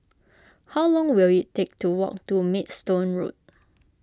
how long will it take to walk to Maidstone Road